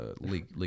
league